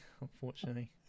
unfortunately